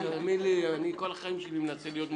תאמין לי, אני כל החיים שלי מנסה להיות מושלם,